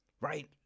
right